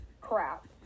crap